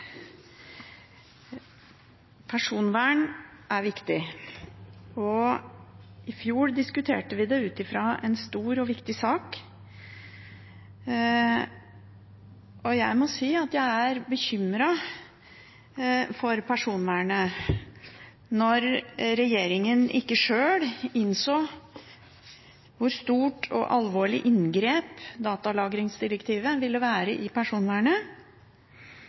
viktig. I fjor diskuterte vi det ut fra en stor og viktig sak. Jeg må si at jeg er bekymret for personvernet når regjeringen ikke sjøl innså hvilket stort og alvorlig inngrep datalagringsdirektivet ville være i personvernet,